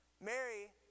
Mary